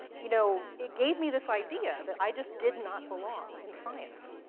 you know, it gave me this idea that i just did not belong in science.